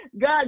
God